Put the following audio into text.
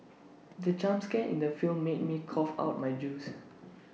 the jump scare in the film made me cough out my juice